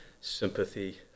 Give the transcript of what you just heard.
sympathy